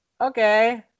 okay